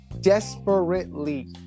desperately